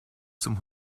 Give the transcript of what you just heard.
zum